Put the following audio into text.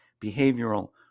behavioral